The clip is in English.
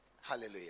Hallelujah